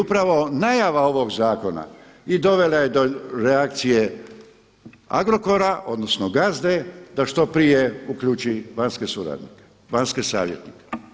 I upravo najava ovog zakona i dovela je do reakcije Agrokora, odnosno gazde da što prije uključi vanjske suradnike, vanjske savjetnike.